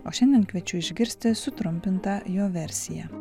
o šiandien kviečiu išgirsti sutrumpintą jo versiją